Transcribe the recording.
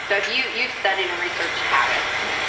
sort of you've you've studied and researched habits.